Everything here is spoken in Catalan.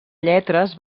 lletres